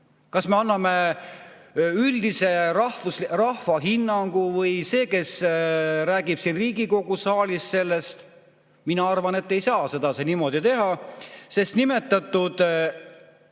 Kas me anname üldise rahva hinnangu või [annab] see, kes räägib siin Riigikogu saalis sellest? Mina arvan, et ei saa seda niimoodi teha. Sest nimetatud